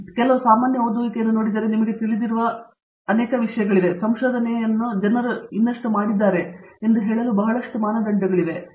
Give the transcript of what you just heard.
ಮತ್ತು ನೀವು ಕೆಲವು ಸಾಮಾನ್ಯ ಓದುವಿಕೆಯನ್ನು ನೋಡಿದರೆ ನಿಮಗೆ ತಿಳಿದಿರುವ ಅನೇಕ ಜನರಿದ್ದಾರೆ ಸಂಶೋಧನೆ ಮತ್ತು ಇನ್ನಷ್ಟನ್ನು ಹೀಗೆ ಮಾಡಿದ್ದಾರೆ ಎಂದು ಹೇಳಲು ಬಹಳಷ್ಟು ಮಾನದಂಡಗಳಿವೆ